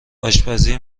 آشپزی